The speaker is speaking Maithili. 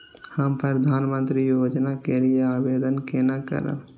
हम प्रधानमंत्री योजना के लिये आवेदन केना करब?